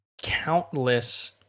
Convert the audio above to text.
countless